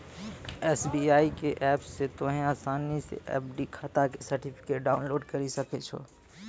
SBI के app से तोंहें असानी से एफ.डी खाता के सर्टिफिकेट डाउनलोड करि सकै छो